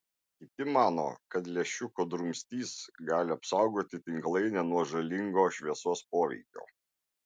kiti mano kad lęšiuko drumstys gali apsaugoti tinklainę nuo žalingo šviesos poveikio